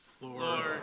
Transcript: Lord